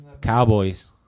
Cowboys